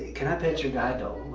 can i pet your guide dog?